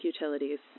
utilities